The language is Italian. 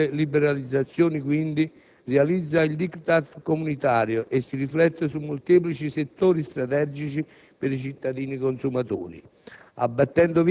La manovra delle liberalizzazioni, quindi, realizza il *diktat* comunitario e si riflette su molteplici settori strategici per i cittadini-consumatori